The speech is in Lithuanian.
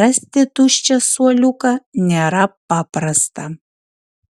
rasti tuščią suoliuką nėra paprasta